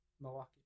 Milwaukee